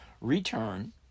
return